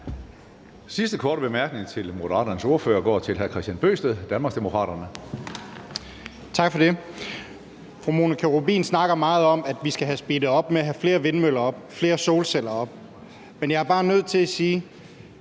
Sidste korte bemærkning til Moderaternes ordfører går til hr. Kristian Bøgsted, Danmarksdemokraterne. Kl. 11:52 Kristian Bøgsted (DD): Tak for det. Fru Monika Rubin snakker meget om, at vi skal have speedet op med flere vindmøller, med flere solceller, men jeg er bare nødt til at sige: